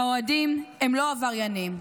האוהדים הם לא עבריינים,